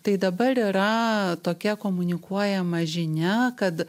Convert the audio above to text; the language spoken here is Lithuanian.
tai dabar yra tokia komunikuojama žinia kad